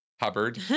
Hubbard